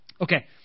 Okay